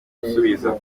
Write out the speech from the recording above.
gusubiza